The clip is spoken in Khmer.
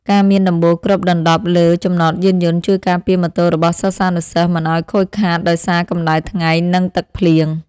ការមានដំបូលគ្របដណ្តប់លើចំណតយានយន្តជួយការពារម៉ូតូរបស់សិស្សានុសិស្សមិនឱ្យខូចខាតដោយសារកម្តៅថ្ងៃនិងទឹកភ្លៀង។